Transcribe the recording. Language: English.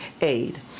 aid